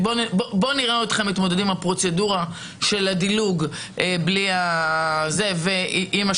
של הדילוג ועם השארת הזכויות במקרקעין.